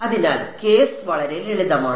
അതിനാൽ കേസ് വളരെ ലളിതമാണ്